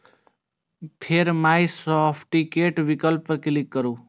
फेर my certificate विकल्प पर क्लिक करू